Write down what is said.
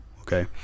okay